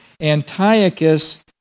Antiochus